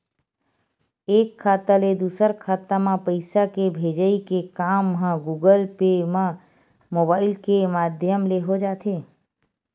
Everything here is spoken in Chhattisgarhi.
एक खाता ले दूसर खाता म पइसा के भेजई के काम ह गुगल पे म मुबाइल के माधियम ले हो जाथे